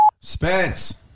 Spence